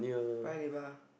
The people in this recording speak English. Paya-Lebar